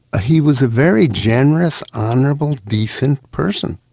he was a very generous, honourable, decent person,